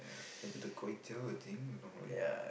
a bit of kway-teow I think normal